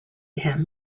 him